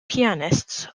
pianists